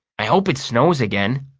i hope it snows again,